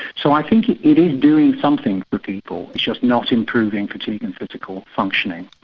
so i think it is doing something for people it's just not improving fatigue and physical functioning.